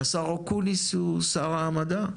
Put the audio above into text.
השר אקוניס הוא שר המדע,